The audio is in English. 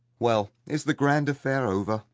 well, is the grand affair over?